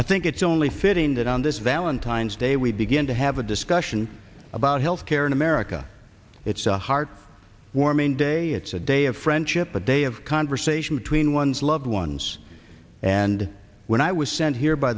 i think it's only fitting that on this valentine's day we begin to have a discussion about health care in america it's a heart warming day it's a day of friendship a day of conversation between one's loved ones and when i was sent here by